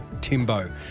Timbo